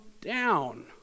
down